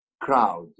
crowd